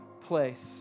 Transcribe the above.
place